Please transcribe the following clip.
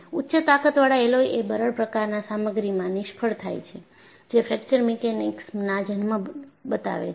ઉચ્ચ તાકતવાળા એલોય એ બરડ પ્રકારના સામગ્રીમાં નિષ્ફળ થાય છે જે ફ્રેક્ચર મિકેનિક્સના જન્મ બતાવે છે